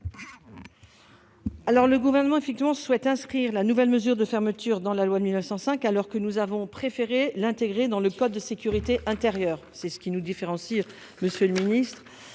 ? Le Gouvernement souhaite intégrer la nouvelle mesure de fermeture dans la loi de 1905, alors que nous avons préféré qu'elle le soit dans le code de la sécurité intérieure. C'est ce qui nous différencie, monsieur le ministre.